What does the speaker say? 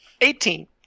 eighteen